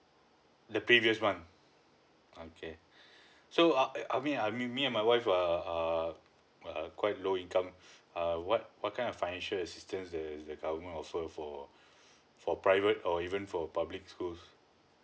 the previous one okay so uh I mean I me me and my wife uh err uh quite low income err what what kind of financial assistance the the government also have for for private or even for public schools